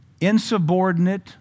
Insubordinate